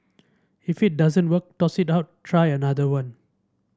if it doesn't work toss it out try another one